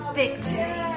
victory